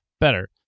better